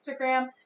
Instagram